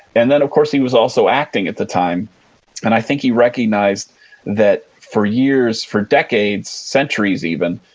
and then, of course, he was also acting at the time and i think he recognized that for years, for decades, centuries even,